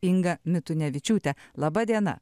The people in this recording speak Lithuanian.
inga mitunevičiūte laba diena